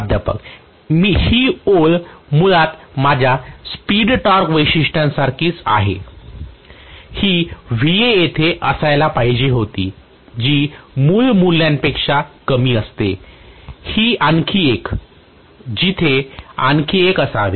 प्राध्यापक ही ओळ मुळात माझ्या स्पीड टॉर्क वैशिष्ट्यासारखीच आहे ही येथे असायला पाहिजे होती जी मूळ मूल्यापेक्षा कमी असते ही आणखी एक तिथे आणखी एक असावे